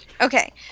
Okay